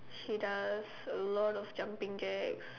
she does a lot of jumping jacks